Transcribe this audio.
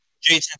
Jason